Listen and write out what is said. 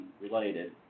related